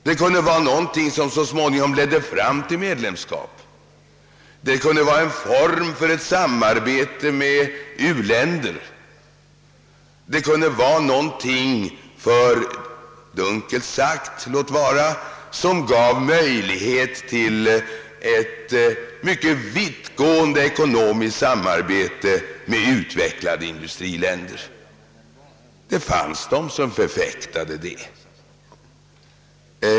Det kunde vara någonting som så småningom skulle kunna leda fram till medlemskap, det kunde vara en form för ett samarbete med u-länder, det kunde vara någonting för, låt vara dunkelt sagt, som gav möjlighet till ett mycket vittgående ekonomiskt samarbete med utvecklade industriländer. Det fanns de som förfäktade det.